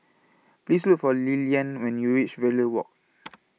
Please Look For Lilyan when YOU REACH Verde Walk